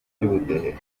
by’ubudehe